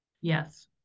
Yes